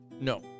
No